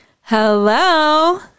Hello